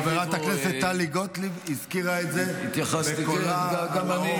חברת הכנסת טלי גוטליב הזכירה את זה בקולה הנאור.